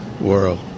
world